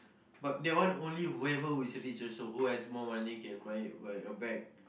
but that one only whoever who is rich also who has more money can buy buy a bag